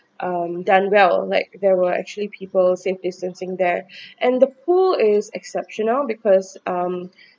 um done well like there were actually people safe distancing there and the pool is exceptional because um